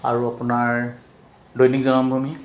আৰু আপোনাৰ দৈনিক জনমভূমী